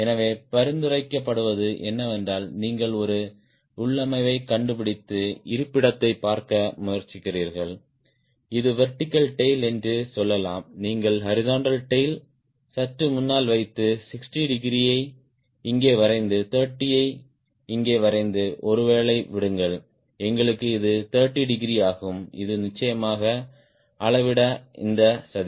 எனவே பரிந்துரைக்கப்படுவது என்னவென்றால் நீங்கள் ஒரு உள்ளமைவைக் கண்டுபிடித்து இருப்பிடத்தைப் பார்க்க முயற்சிக்கிறீர்கள் இது வெர்டிகல் டேய்ல் என்று சொல்லலாம் நீங்கள் ஹாரிஸ்ன்ட்டல் டேய்ல் சற்று முன்னால் வைத்து 60 டிகிரியை இங்கே வரைந்து 30 ஐ இங்கே வரைந்து ஒருவேளை விடுங்கள் எங்களுக்கு இது 30 டிகிரி ஆகும் இது நிச்சயமாக அளவிட இந்த சதி